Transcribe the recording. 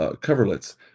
coverlets